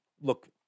Look